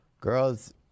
Girls